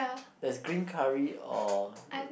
there's green curry or